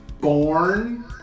born